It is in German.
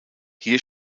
hier